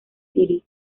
city